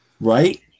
Right